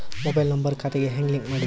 Mobile number ಖಾತೆ ಗೆ ಹೆಂಗ್ ಲಿಂಕ್ ಮಾಡದ್ರಿ?